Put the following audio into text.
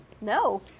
no